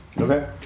Okay